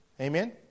Amen